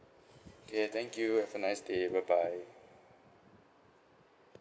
okay thank you have a nice day bye bye